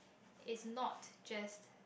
it's not just